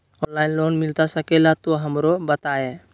Online loan मिलता सके ला तो हमरो बताई?